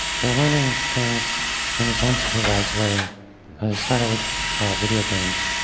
they're learning things in this unsupervised way. they started with video games,